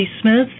Smith